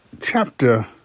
Chapter